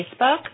Facebook